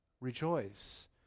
Rejoice